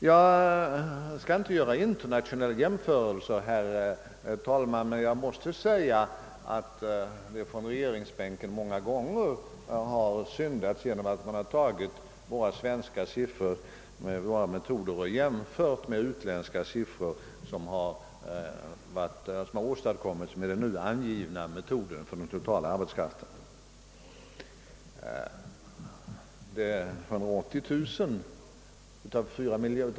Jag skall inte göra internationella jämförelser, herr talman, men jag måste säga att det från regeringsbänken många gånger har syndats genom att man har tagit våra svenska siffror enligt våra metoder och jämfört med utländska siffror som har beräknats med den nu angivna metoden för uppskattningen av den totala arbetskraften.